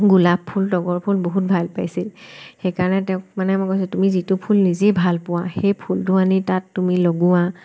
গোলাপ ফুল তগৰ ফুল বহুত ভাল পাইছিল সেইকাৰণে তেওঁক মানে মই কৈছোঁ তুমি যিটো ফুল নিজে ভালপোৱা সেই ফুলটো আনি তুমি তাত লগোৱা